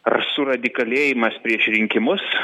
ar suradikalėjimas prieš rinkimus